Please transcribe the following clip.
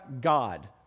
God